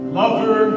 lover